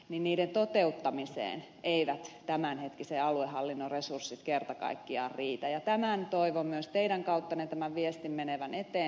niin niiden toteuttamiseen eivät tämänhetkiset aluehallinnon resurssit kerta kaikkiaan riitä ja tämän viestin toivon myös teidän kauttanne menevän eteenpäin